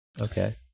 Okay